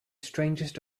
strangest